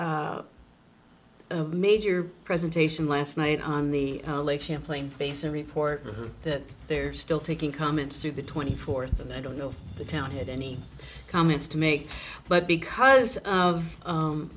had major presentation last night on the lake champlain face a report that they're still taking comments through the twenty fourth and i don't know if the town had any comments to make but because of